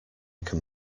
can